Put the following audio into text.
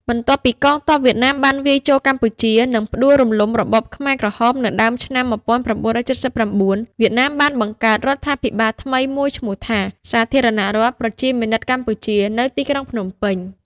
បន្ទាប់ពីកងទ័ពវៀតណាមបានវាយចូលកម្ពុជា និងផ្ដួលរំលំរបបខ្មែរក្រហមនៅដើមឆ្នាំ ១៩៧៩ វៀតណាមបានបង្កើតរដ្ឋាភិបាលថ្មីមួយឈ្មោះថា សាធារណរដ្ឋប្រជាមានិតកម្ពុជា នៅទីក្រុងភ្នំពេញ ។